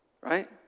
right